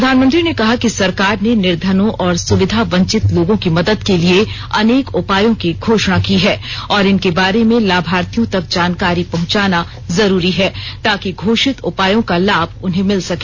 प्रधानमंत्री ने कहा कि सरकार ने निर्धनों और सुविधा वंचित लोगों की मदद के लिए अनेक उपायों की घोषणा की है और इनके बारे में लाभार्थियों तक जानकारी पहुंचाना जरूरी है ताकि घोषित उपायों का लाभ उन्हें मिल सके